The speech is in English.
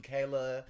Kayla